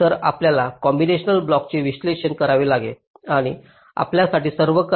तर आपल्याला कॉम्बीनेशनल ब्लॉकचे विश्लेषण करावे लागेल आणि आपल्यासाठी खर्च